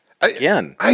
Again